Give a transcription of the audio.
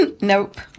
Nope